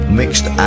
mixed